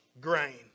grain